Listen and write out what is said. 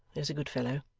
there's a good fellow